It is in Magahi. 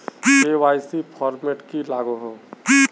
के.वाई.सी फॉर्मेट की लागोहो?